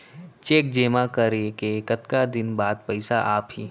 Cheque जेमा करें के कतका दिन बाद पइसा आप ही?